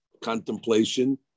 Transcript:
contemplation